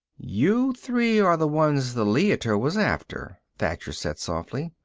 you three are the ones the leiter was after, thacher said softly.